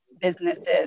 businesses